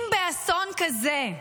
אם באסון כזה,